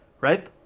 right